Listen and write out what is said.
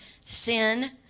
sin